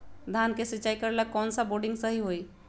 धान के सिचाई करे ला कौन सा बोर्डिंग सही होई?